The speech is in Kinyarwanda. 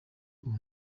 uwo